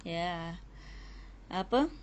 ya apa